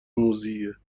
موذیه